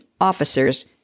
officers